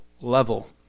level